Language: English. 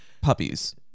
puppies